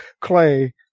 clay